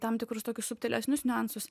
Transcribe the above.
tam tikrus tokius subtilesnius niuansus